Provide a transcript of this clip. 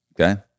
Okay